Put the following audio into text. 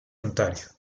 ontario